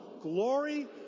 glory